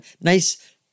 Nice